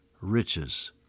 riches